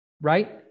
right